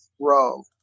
row